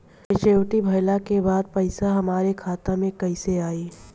Maturity भईला के बाद पईसा हमरे खाता में कइसे आई?